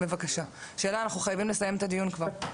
בבקשה, שאלה אנחנו חייבים לסיים את הדיון כבר.